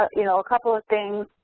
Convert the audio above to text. ah you know, a couple of things